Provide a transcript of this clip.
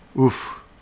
Oof